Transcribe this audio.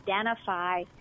identify